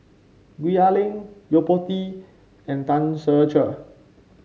Gwee Ah Leng Yo Po Tee and Tan Ser Cher